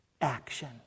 action